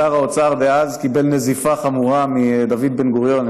שר האוצר דאז קיבל נזיפה חמורה מדוד בן-גוריון,